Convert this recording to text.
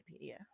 wikipedia